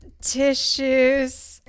tissues